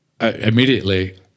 immediately